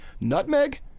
nutmeg